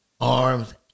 arms